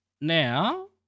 now